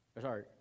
Sorry